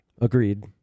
agreed